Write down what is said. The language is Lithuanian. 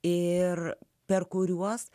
ir per kuriuos